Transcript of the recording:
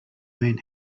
man